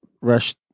Rush